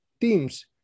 teams